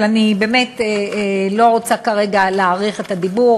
אבל אני באמת לא רוצה כרגע להאריך בדיבור,